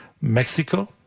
Mexico